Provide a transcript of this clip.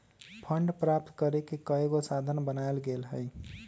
fund प्राप्त करेके कयगो साधन बनाएल गेल हइ